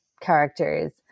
characters